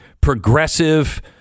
progressive